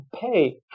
pay